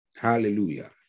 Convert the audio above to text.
Hallelujah